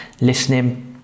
listening